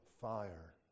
fire